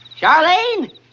Charlene